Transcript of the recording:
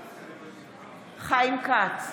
בהצבעה חיים כץ,